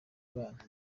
abana